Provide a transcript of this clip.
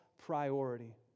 priority